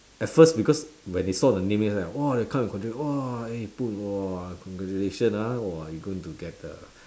at first because when they saw the name then it's like !wah! they'll come and congratulate you !wah! eh boon !wah! congratulations ah !wah! you going to get the